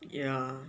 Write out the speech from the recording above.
ya